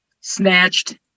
snatched